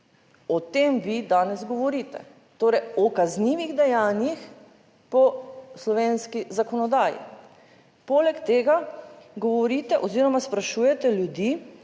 O tem vi danes govorite, torej o kaznivih dejanjih po slovenski zakonodaji. Poleg tega govorite oziroma sprašujete ljudi